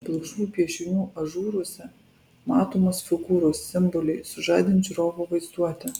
pilkšvų piešinių ažūruose matomos figūros simboliai sužadins žiūrovo vaizduotę